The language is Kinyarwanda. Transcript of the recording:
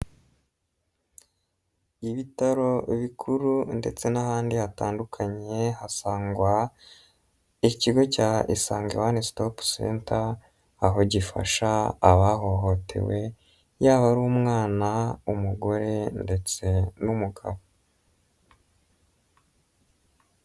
Ibitaro bikuru ndetse n'ahandi hatandukanye hasangwa ikigo cya Isange one stop center aho gifasha abahohotewe yaba ari umwana, umugore ndetse n'umugabo.